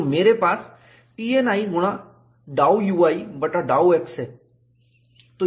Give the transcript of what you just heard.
तो मेरे पास Tni गुणा ∂ui बटा ∂x है